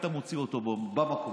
היית מוציא אותו במקום.